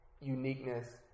Uniqueness